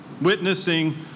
Witnessing